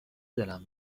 دلم